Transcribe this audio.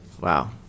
Wow